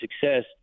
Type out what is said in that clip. success